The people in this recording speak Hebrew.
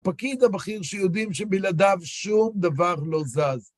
פקיד הבכיר שיודעים שבלעדיו שום דבר לא זז.